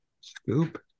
Scoop